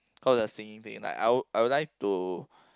cause the singing thing like I would I would like to